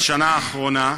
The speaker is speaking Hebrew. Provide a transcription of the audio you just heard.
בשנה האחרונה,